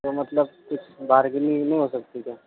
تو مطلب کچھ بارگیننگ نہیں ہو سکتی کیا